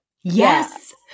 Yes